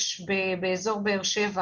יש באזור באר שבע